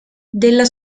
della